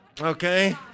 Okay